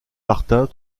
martin